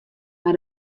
mei